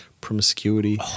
Promiscuity